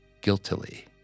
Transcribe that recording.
guiltily